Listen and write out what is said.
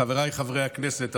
חבריי חברי הכנסת,